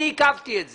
אני עיכבתי את זה.